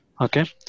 Okay